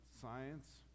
science